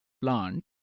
plant